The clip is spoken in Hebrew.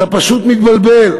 אתה פשוט מתבלבל,